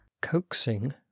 coaxing